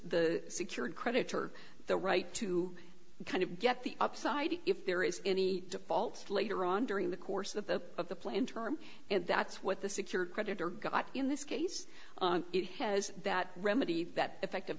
the secured creditor the right to kind of get the upside if there is any defaults later on during the course of the of the plane term and that's what the secured creditor got in this case it has that remedy that effective